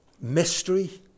mystery